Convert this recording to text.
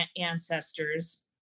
ancestors